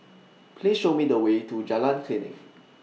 Please Show Me The Way to Jalan Klinik